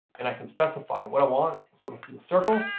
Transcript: and i can specify what i want. so let's do the circle,